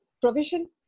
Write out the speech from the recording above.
provision